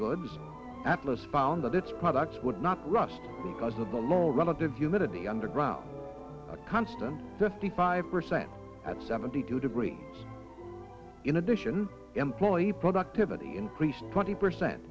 goods atlas found that its products would not rust because of the low relative humidity underground a constant fifty five percent at seventy two degrees in addition employee productivity increased twenty percent